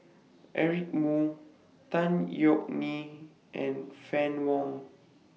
Eric Moo Tan Yeok Nee and Fann Wong